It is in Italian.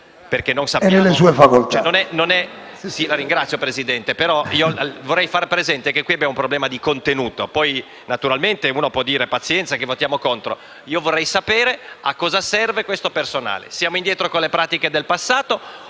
È nelle sue facoltà.